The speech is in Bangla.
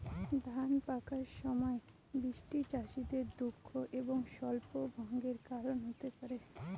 ধান পাকার সময় বৃষ্টি চাষীদের দুঃখ এবং স্বপ্নভঙ্গের কারণ হতে পারে